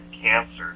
cancer